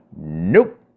nope